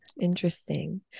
interesting